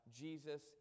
Jesus